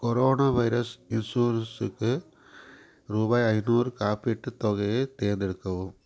corona virus இன்சூரன்ஸுக்கு ரூபாய் ஐந்நூறு காப்பீட்டுத் தொகையை தேர்ந்தெடுக்கவும்